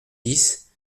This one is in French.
dix